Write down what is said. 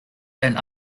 and